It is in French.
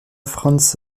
frans